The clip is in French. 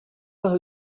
par